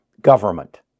government